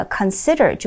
consider